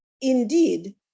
indeed